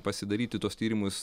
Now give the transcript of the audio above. pasidaryti tuos tyrimus